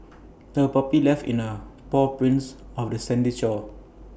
the puppy left in A paw prints of the sandy shore